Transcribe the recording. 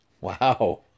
Wow